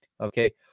Okay